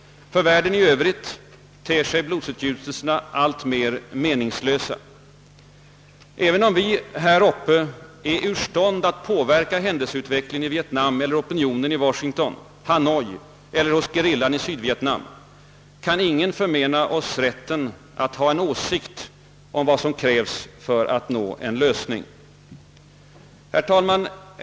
För världen i övrigt ter sig blodsutgjutelserna alltmer meningslösa. Även om vi här uppe är ur stånd att påverka händelseutvecklingen i Vietnam eller opinionen i Washington, i Hanoi eller hos gerillan i Sydvietnam kan ingen förmena oss rätten att ha en åsikt om vad som krävs för att nå en lösning. Herr talman!